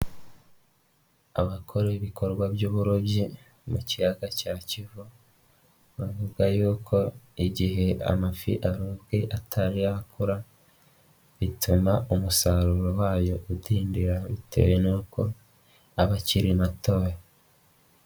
Abakora ibikorwa by'uburobyi mu kiyaga cya Kivu bavuga yuko igihe amafi arobwe atari yakura bituma umusaruro wayo udindira bitewe n'uko aba akiri matoya.